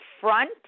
front